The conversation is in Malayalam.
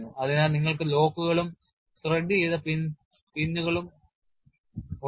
അതിനാൽ നിങ്ങൾക്ക് ലോക്കുകളും ത്രെഡുചെയ്ത പിൻസുകളും ഉണ്ട്